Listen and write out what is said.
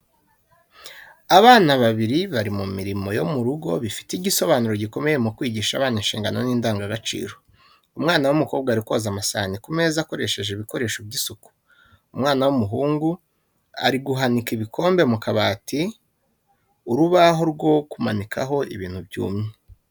Abana babiri bari mu mirimo yo mu rugo bifite igisobanuro gikomeye mu kwigisha abana inshingano n’indangagaciro. Umwana w’umukobwa ari koza amasahani mu mazi akoresheje ibikoresho by’isuku. Umwana w’umuhungu ari guhanika ibikombe mu kabati urubaho rwo kumanikaho ibintu byumye.